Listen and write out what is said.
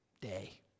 day